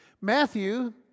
Matthew